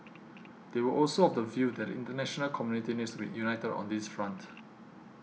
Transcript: they were also of the view that the international community needs to be united on this front